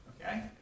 Okay